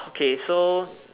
okay so